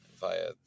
via